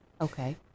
Okay